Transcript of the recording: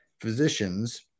physicians